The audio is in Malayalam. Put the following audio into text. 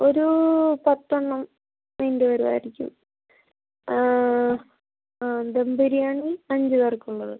ഒരൂ പത്തെണ്ണം വേണ്ടി വരുവായിരിക്കും ആ ആ ദം ബിരിയാണി അഞ്ച് പേർക്കുള്ളത്